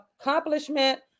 accomplishment